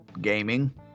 gaming